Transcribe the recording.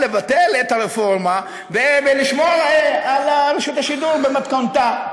לבטל את הרפורמה ולשמור על רשות השידור במתכונתה.